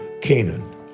Canaan